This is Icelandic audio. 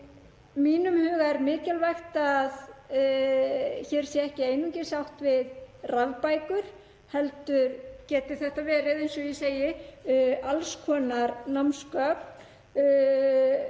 mínum huga er mikilvægt að hér sé ekki einungis átt við rafbækur heldur geti þetta verið alls konar námsgögn.